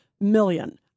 million